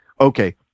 Okay